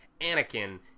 Anakin